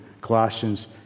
Colossians